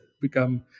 become